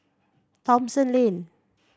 Thomson Lane